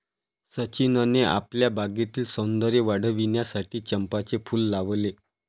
सचिनने आपल्या बागेतील सौंदर्य वाढविण्यासाठी चंपाचे फूल लावले